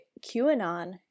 QAnon